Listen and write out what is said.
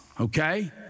okay